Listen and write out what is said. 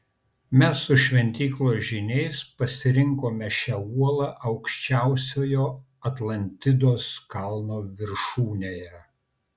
mes su šventyklos žyniais pasirinkome šią uolą aukščiausiojo atlantidos kalno viršūnėje